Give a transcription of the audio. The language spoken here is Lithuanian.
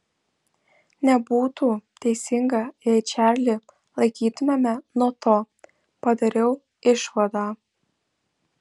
nebūtų teisinga jei čarlį laikytumėme nuo to padariau išvadą